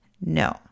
No